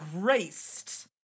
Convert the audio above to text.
graced